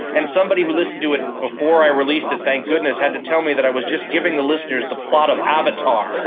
and somebody who listened to it before i released it, thank goodness, had to tell me i was just giving the listeners the plot of avatar,